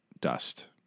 dust